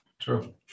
True